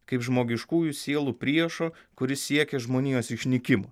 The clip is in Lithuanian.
kaip žmogiškųjų sielų priešo kuris siekia žmonijos išnykimo